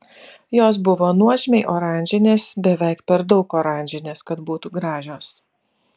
jos buvo nuožmiai oranžinės beveik per daug oranžinės kad būtų gražios